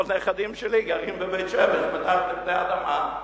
אבל נכדים שלי גרים בבית-שמש מתחת לפני האדמה.